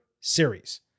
Series